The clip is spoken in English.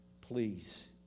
please